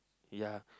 ya